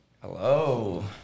Hello